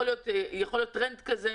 יכול להיות טרנד כזה,